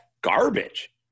Garbage